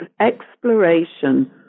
exploration